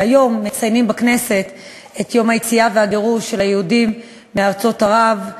והיום מציינים בכנסת את יום היציאה והגירוש של היהודים מארצות ערב.